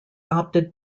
opted